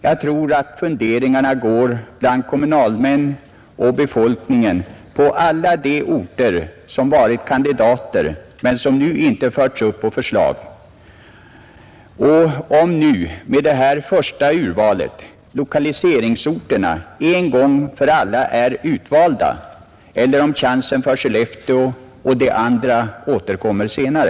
Jag tror att kommunalmän och befolkning på alla de orter — bland dem Skellefteå — som varit kandidater men inte förts upp i förslaget undrar över om lokaliseringsorterna nu en gång för alla är utvalda eller om chansen för dem återkommer senare.